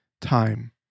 time